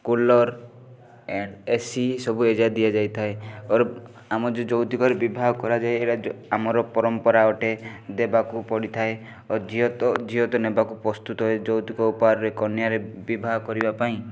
cooler and AC ସବୁ ଏଯାକ ଦିଆଯାଇଥାଏ ଅ ଓର୍ ଆମର ଯେଉଁ ଯୌତୁକରେ ବିବାହ କରାଯାଏ ଏଇଟା ଯେଉଁ ଆମର ପରମ୍ପରା ଅଟେ ଦେବାକୁ ପଡ଼ିଥାଏ ଓ ଝିଅ ତ ଝିଅ ତ ନେବାକୁ ପ୍ରସ୍ତୁତ ହୁଏ ଯୌତୁକ ଉପହାରରେ କନ୍ୟାରେ ବିବାହ କରିବା ପାଇଁ